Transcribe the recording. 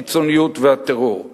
הקיצוניות והטרור.